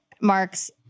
Mark's